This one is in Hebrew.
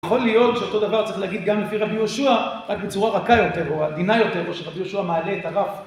יכול להיות שאותו דבר צריך להגיד גם לפי רבי יהושע, רק בצורה רכה יותר, או עדינה יותר, או שרבי יהושע מעלה את הרף.